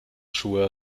schuhe